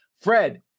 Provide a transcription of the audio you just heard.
Fred